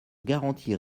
garantir